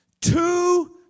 Two